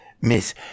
Miss